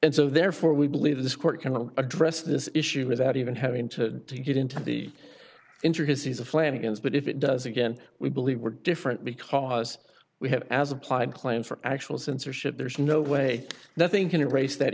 and so therefore we believe this court can address this issue without even having to get into the intricacies of flanagan's but if it does again we believe we're different because we have as applied claims for actual censorship there is no way nothing can erase that